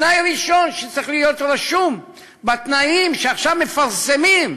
זה תנאי ראשון שצריך להיות רשום בתנאים שעכשיו מפרסמים.